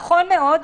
נכון מאוד,